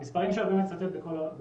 המספרים שאני אומר צריכים להיות של סדר